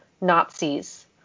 Nazis